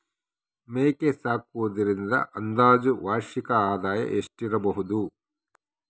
ಮೇಕೆ ಸಾಕುವುದರಿಂದ ಅಂದಾಜು ವಾರ್ಷಿಕ ಆದಾಯ ಎಷ್ಟಿರಬಹುದು?